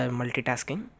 multitasking